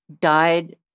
died